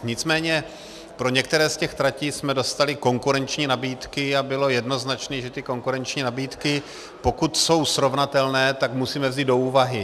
Nicméně pro některé z těch tratí jsme dostali konkurenční nabídky a bylo jednoznačné, že ty konkurenční nabídky, pokud jsou srovnatelné, musíme vzít do úvahy.